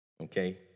okay